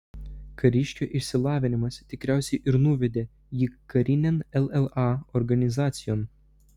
kariškio išsilavinimas tikriausiai ir nuvedė jį karinėn lla organizacijon